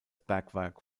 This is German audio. bergwerk